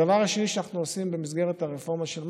הדבר השני שאנחנו עושים במסגרת הרפורמה של מח"ש,